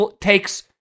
takes